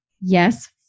yes